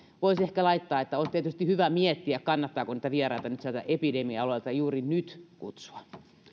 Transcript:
voisi ehkä laittaa että olisi tietysti hyvä miettiä kannattaako niitä vieraita sieltä epidemia alueilta juuri nyt kutsua